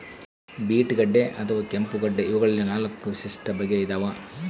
beet ಗಡ್ಡೆ ಅಥವಾ ಕೆಂಪುಗಡ್ಡೆ ಇವಗಳಲ್ಲಿ ನಾಲ್ಕು ವಿಶಿಷ್ಟ ಬಗೆ ಇದಾವ